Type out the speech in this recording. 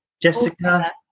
jessica